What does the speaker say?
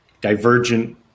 divergent